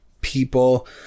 people